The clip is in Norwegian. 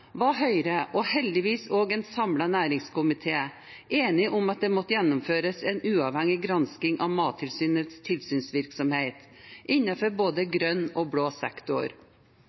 var Høyre og heldigvis også en samlet næringskomité enige om at det måtte gjennomføres en uavhengig gransking av Mattilsynets tilsynsvirksomhet innenfor både grønn og blå sektor.